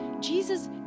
Jesus